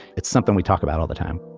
it's something we talk about all the time